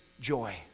joy